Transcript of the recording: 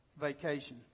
vacation